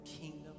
kingdom